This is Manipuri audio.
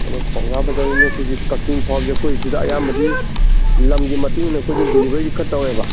ꯑꯗꯣ ꯄꯧꯅꯥ ꯕꯖꯥꯔꯗꯩꯅ ꯁꯤꯒꯤ ꯀꯛꯆꯤꯡ ꯐꯥꯎꯕꯁꯦ ꯑꯩꯈꯣꯏꯁꯤꯗ ꯑꯌꯥꯝꯕꯗꯤ ꯂꯝꯒꯤ ꯃꯇꯨꯡꯏꯟꯅ ꯑꯩꯈꯣꯏꯗꯤ ꯗꯦꯂꯤꯕꯔꯤꯗꯤ ꯈꯔ ꯇꯧꯋꯦꯕ